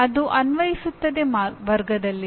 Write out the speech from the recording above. ಅದು ಅನ್ವಯಿಸುತ್ತದೆ ವರ್ಗದಲ್ಲಿದೆ